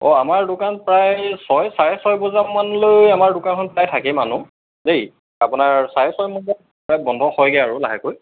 অঁ আমাৰ দোকান প্ৰায় ছয় চাৰে ছয় বজা মানলৈ আমাৰ দোকানখন প্ৰায় থাকেই মানুহ দেই আপোনাৰ চাৰে ছয় বজাত প্ৰায় বন্ধ হয়গে আৰু লাহেকৈ